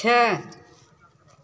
छः